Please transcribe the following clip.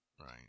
Right